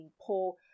poor